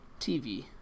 TV